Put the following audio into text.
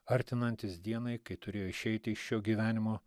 artinantis dienai kai turėjo išeiti iš šio gyvenimo